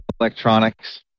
electronics